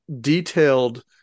detailed